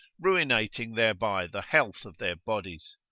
ruinating thereby the health of their bodies.